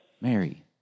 Mary